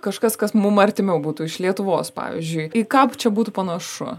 kažkas kas mum artimiau būtų iš lietuvos pavyzdžiui į ką čia būtų panašu